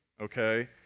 okay